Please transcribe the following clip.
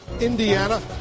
Indiana